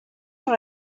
sur